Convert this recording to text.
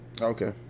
Okay